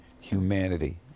humanity